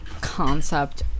concept